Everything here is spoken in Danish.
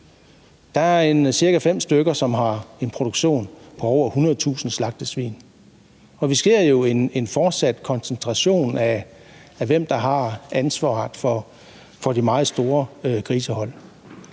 Der er cirka fem landmænd, der har en produktion på over 100.000 slagtesvin. Og vi ser jo en fortsat koncentration af, hvem der ejer og har ansvaret for de meget store grisehold.